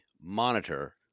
monitor